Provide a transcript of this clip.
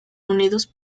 unidos